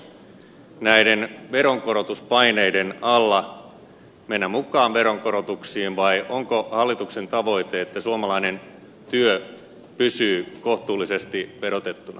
aikooko hallitus näiden veronkorotuspaineiden alla mennä mukaan veronkorotuksiin vai onko hallituksen tavoite että suomalainen työ pysyy kohtuullisesti verotettuna